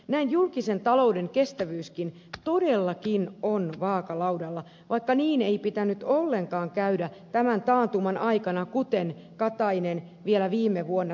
näin julkisen talouden kestävyyskin todellakin on vaakalaudalla vaikka niin ei pitänyt ollenkaan käydä tämän taantuman aikana kuten katainen vielä viime vuonna totesi